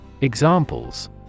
Examples